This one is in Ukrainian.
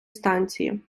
станції